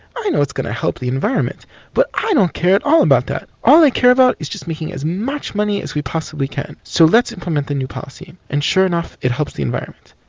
i know it's going to help the environment but i don't care at all about that, all i care about is just making as much money as we possibly can. so let's implement the new policy. and sure enough it helps the environment.